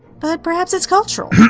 but perhaps it's cultural.